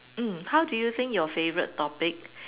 mm how do you think your favourite topic